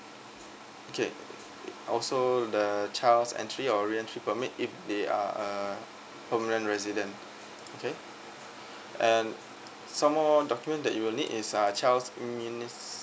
okay also the child's entry or re entry permit if they are uh permanent resident okay and some more document that you will need is uh child's immunis~